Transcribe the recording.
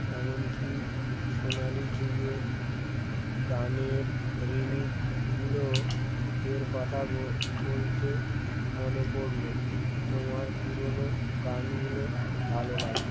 এমনকি সোনালি যুগের গানের রেমিকগুলো এর কথা বলতে মনে পড়লো তোমার পুরোনো গানগুলো ভালো লাগে